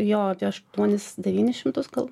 jo aštuonis devynis šimtus gal